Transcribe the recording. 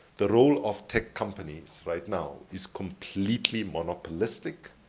the role of tech companies right now is completely monopolistic,